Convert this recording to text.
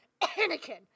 Anakin